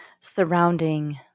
surrounding